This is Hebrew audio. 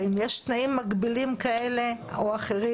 האם יש תנאים מגבילים כאלה או אחרים?